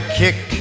kick